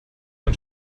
man